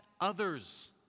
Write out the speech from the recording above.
others